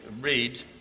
read